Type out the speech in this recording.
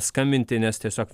skambinti nes tiesiog